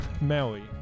Maui